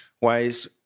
ways